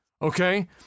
Okay